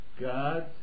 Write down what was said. God